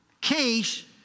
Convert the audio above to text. case